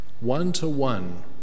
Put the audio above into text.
One-to-one